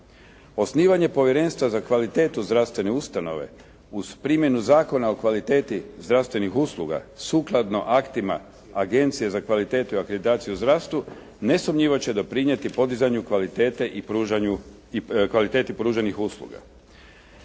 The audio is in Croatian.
Osnivanje povjerenstva za kvalitetu zdravstvene ustanove, uz primjenu Zakona o kvaliteti zdravstvenih usluga, sukladno aktima Agencije za kvalitetu i akreditaciju u zdravstvu nesumnjivo će doprinijeti podizanju kvalitete i pruženih usluga.